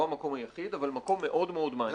אבל מקום מאוד מעניין.